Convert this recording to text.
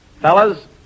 Fellas